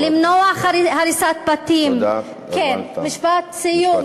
למנוע הריסת בתים, משפט סיום.